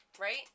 Right